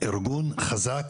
ארגון חזק,